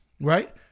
Right